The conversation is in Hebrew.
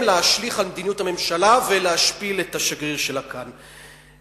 להשליך על מדיניות הממשלה ולהשפיל את השגריר שלה כאן.